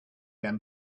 them